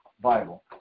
Bible